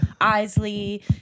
Isley